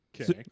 Okay